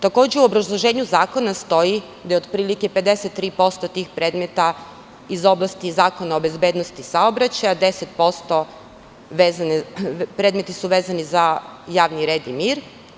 Takođe, u obrazloženju zakona stoji da je otprilike 53% tih predmeta iz oblasti Zakona o bezbednosti saobraćaja, 10% predmeta je vezano za javni red i mir.